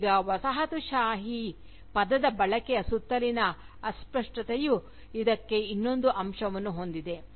ಈಗ ವಸಾಹತುಶಾಹಿ ಪದದ ಬಳಕೆಯ ಸುತ್ತಲಿನ ಅಸ್ಪಷ್ಟತೆಯು ಇದಕ್ಕೆ ಇನ್ನೊಂದು ಅಂಶವನ್ನು ಹೊಂದಿದೆ